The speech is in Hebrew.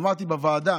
אמרתי בוועדה